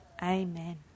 Amen